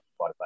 Spotify